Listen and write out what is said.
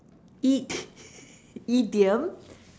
eat idiom